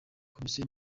komisiyo